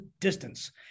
distance